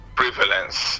prevalence